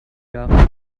jahren